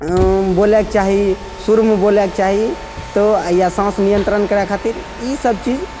अँ बोलैके चाही सुरमे बोलैके चाही तऽ या साँस नियन्त्रण करै खातिर ईसब चीज